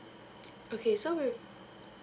okay so wit~